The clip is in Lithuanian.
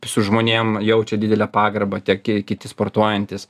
su žmonėm jaučia didelę pagarbą tie ki kiti sportuojantys